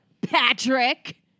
Patrick